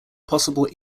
possible